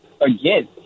again